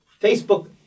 Facebook